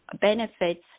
benefits